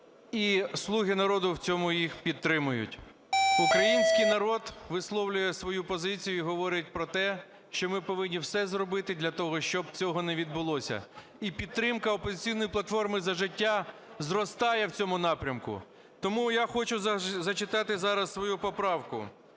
і "Слуги народу" в цьому їх підтримують. Український народ висловлює свою позицію і говорить про те, що ми повинні все зробити для того, щоб цього не відбулося. І підтримка "Опозиційна платформа – За життя" зростає в цьому напрямку. Тому я хочу зачитати зараз свою поправку